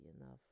enough